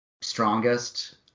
strongest